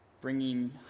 bringing